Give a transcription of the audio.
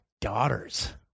daughters